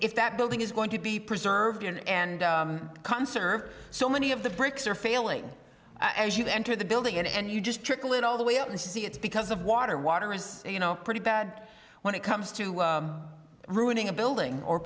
if that building is going to be preserved and conserved so many of the bricks are failing as you enter the building and you just trickle it all the way out and see it's because of water water as you know pretty bad when it comes to ruining a building or